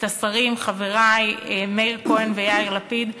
את השרים חברי מאיר כהן ויאיר לפיד,